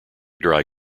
dry